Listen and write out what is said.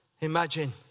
Imagine